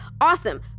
Awesome